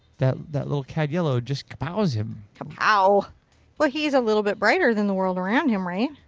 that that little cad yellow just cah-pows him. cah-pow! but he's a little bit brighter than the world around him right.